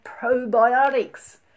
probiotics